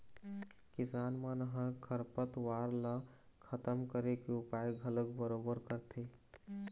किसान मन ह खरपतवार ल खतम करे के उपाय घलोक बरोबर करथे